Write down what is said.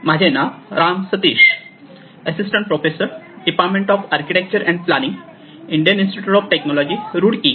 माझे नाव Ram Satish assistant professor department of architecture and planning Indian Institute of Technology Roorkee